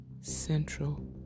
central